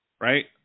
right